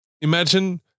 imagine